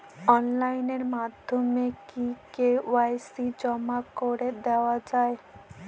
Online মাধ্যমে কি KYC জমা করে দেওয়া য়ায়?